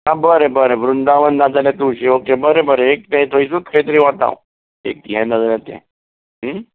आ बरें बरें वृंदावन नाजाल्यार तुळशी ओके बरें बरें एक तें थंयसरूत खंय तरी वता हांव एक हें ना जाल्यार तें